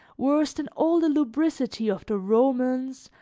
worse than all the lubricity of the romans,